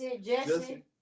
jesse